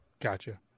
Gotcha